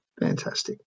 fantastic